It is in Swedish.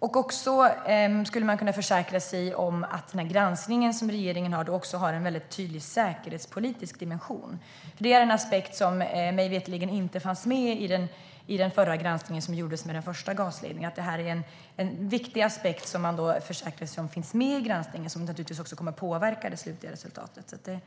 Man skulle även kunna försäkra sig om att granskningen som kommissionen gör också har en tydlig säkerhetspolitisk dimension. Det är en aspekt som mig veterligen inte fanns med i den förra granskningen, inför den första gasledningen. Det är en viktig aspekt som man kan försäkra sig om finns med i granskningen. Den kommer naturligtvis också att påverka det slutliga resultatet.